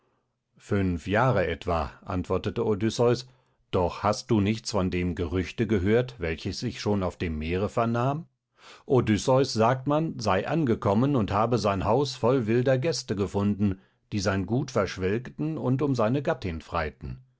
fünf jahre etwa antwortete odysseus doch hast du nichts von dem gerüchte gehört welches ich schon auf dem meere vernahm odysseus sagte man sei angekommen und habe sein haus voll wilder gäste gefunden die sein gut verschwelgten und um seine gattin freiten